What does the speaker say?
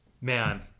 Man